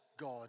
God